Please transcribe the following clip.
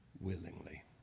willingly